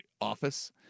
office